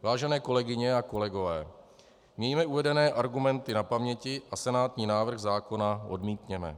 Vážené kolegyně a kolegové, mějme uvedené argumenty na paměti a senátní návrh zákona odmítněme.